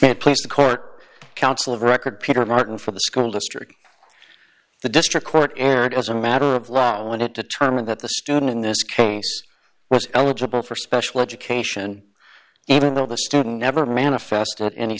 the court counsel of record peter martin for the school district the district court entered as a matter of law when it determined that the student in this case was eligible for special education even though the student never manifested any